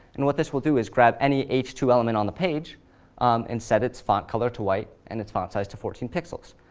and what this will do is grab any h two element on the page and set its font color to white and its font size to fourteen pixels.